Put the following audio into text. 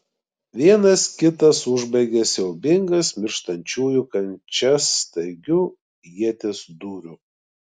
vienas kitas užbaigė siaubingas mirštančiųjų kančias staigiu ieties dūriu